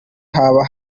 haba